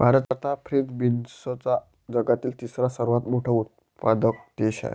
भारत हा फ्रेंच बीन्सचा जगातील तिसरा सर्वात मोठा उत्पादक देश आहे